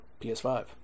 PS5